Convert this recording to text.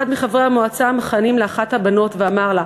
מחברי המועצה המכהנים לאחת הבנות ואמר לה: